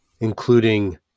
including